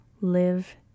live